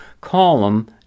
column